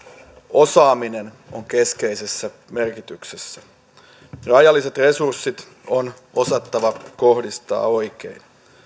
osaaminen on keskeisessä merkityksessä rajalliset resurssit on osattava kohdistaa oikein